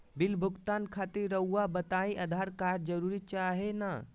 Bill भुगतान खातिर रहुआ बताइं आधार कार्ड जरूर चाहे ना?